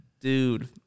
Dude